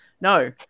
no